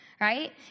Right